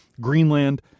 Greenland